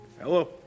Hello